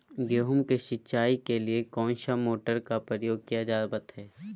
गेहूं के सिंचाई के लिए कौन सा मोटर का प्रयोग किया जावत है?